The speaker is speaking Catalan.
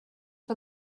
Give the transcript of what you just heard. que